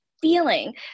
feeling